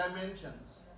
dimensions